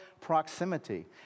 proximity